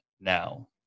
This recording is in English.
now